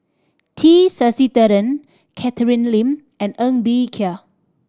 T Sasitharan Catherine Lim and Ng Bee Kia